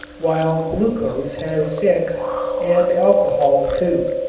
while glucose has six and alcohol two.